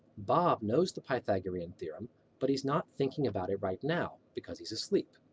bob knows the pythagorean theorem but he's not thinking about it right now because he's asleep.